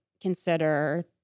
consider